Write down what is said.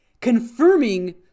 confirming